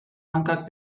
hankak